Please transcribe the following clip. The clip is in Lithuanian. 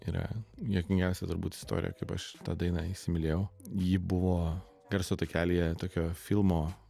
yra juokingiausia turbūt istorija kaip aš tą dainą įsimylėjau ji buvo garso takelyje tokio filmo